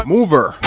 Mover